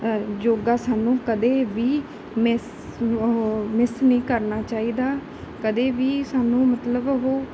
ਯੋਗਾ ਸਾਨੂੰ ਕਦੇ ਵੀ ਮਿਸ ਉਹ ਮਿਸ ਨਹੀਂ ਕਰਨਾ ਚਾਹੀਦਾ ਕਦੇ ਵੀ ਸਾਨੂੰ ਮਤਲਬ ਉਹ